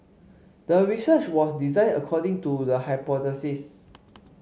the research was designed according to the hypothesis